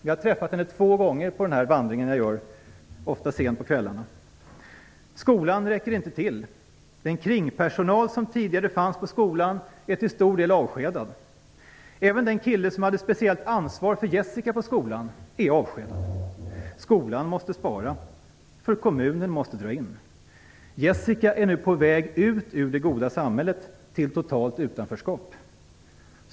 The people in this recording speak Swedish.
Jag har träffat henne två gånger under mina vandringar, ofta sent på kvällarna. Skolan räcker inte till. Den kringpersonal som tidigare fanns på skolan är till stor del avskedad. Även den kille på skolan som hade ett speciellt ansvar för Skolan måste spara, för kommunen måste dra in. Jessica är nu på väg ut ur det goda samhället och på väg mot ett totalt utanförskap.